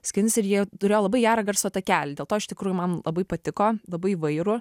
skins ir jie turėjo labai gerą garso takelį dėl to iš tikrųjų man labai patiko labai įvairų